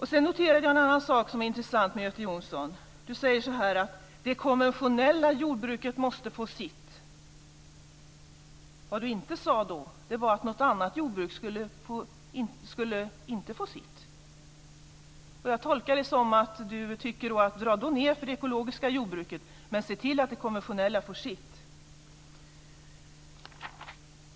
om. Sedan noterade jag en annan sak som är intressant med Göte Jonsson. Han säger att det konventionella jordbruket måste få sitt. Vad han inte sade var att något annat jordbruk inte skulle få sitt. Jag tolkar det som att han tycker att man ska dra ned för det ekologiska jordbruket men se till att det konventionella får sitt.